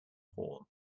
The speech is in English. horn